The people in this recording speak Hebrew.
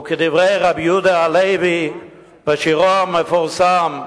וכדברי רבי יהודה הלוי בשירו המפורסם: